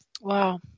Wow